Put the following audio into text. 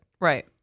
Right